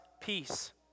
peace